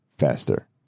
Faster